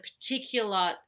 particular